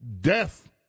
death